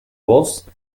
voz